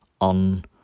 on